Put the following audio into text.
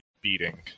beating